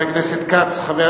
של ידידי היקר חבר הכנסת חיים